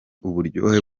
uburyo